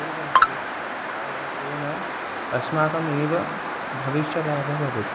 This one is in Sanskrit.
कुर्मश्चेत् तेन तेन अस्माकमेव भविष्यलाभः भवेत्